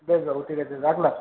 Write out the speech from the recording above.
বেশ বাবু ঠিক আছে রাখলাম